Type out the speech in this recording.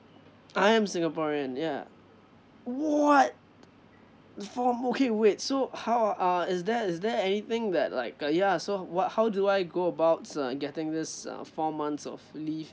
I'm singaporean ya what four mon~ okay wait so how err is there is there anything that like uh ya so what how do I go about uh getting this uh four months of leave